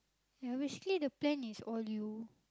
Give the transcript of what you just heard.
ya basically the plan is all you